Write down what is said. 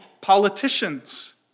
politicians